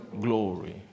glory